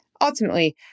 Ultimately